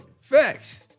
Facts